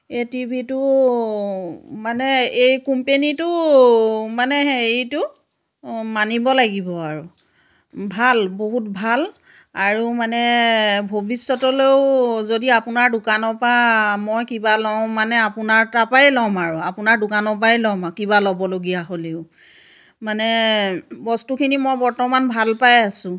এই টিভিটো মানে এই কোম্পেনীটো মানে হেৰিটো মানিব লাগিব আৰু ভাল বহুত ভাল আৰু মানে ভৱিষ্য়তলৈও যদি আপোনাৰ দোকানৰ পৰা মই কিবা লওঁ মানে আপোনাৰ তাৰ পৰাই ল'ম আৰু আপোনাৰ দোকানৰ পৰাই ল'ম কিবা ল'বলগীয়া হ'লেও মানে বস্তুখিনি মই বৰ্তমান ভাল পাই আছোঁ